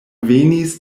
venis